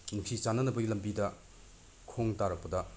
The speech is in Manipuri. ꯅꯨꯡꯁꯤ ꯆꯥꯟꯅꯅꯕꯒꯤ ꯂꯝꯕꯤꯗ ꯈꯣꯡ ꯇꯥꯔꯛꯄꯗ